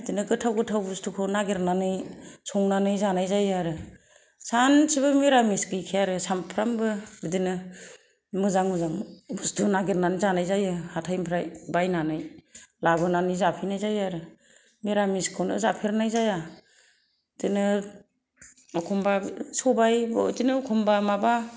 बिदिनो गोथाव गोथाव बुसथुखौ नागिरनानै संनानै जानाय जायो आरो सानसेबो निरामिस गैखाया आरो सामफ्रामबो बिदिनो मोजां मोजां बुसथु नागेरनानै जानाय जायो हाथायनिफ्राय बायनानै लाबोनानै जाफैनाय जायो आरो निरामिसखौनो जाफेरनाय जाया बिदिनो एखनबा सबाय बिदिनो एखनबा माबा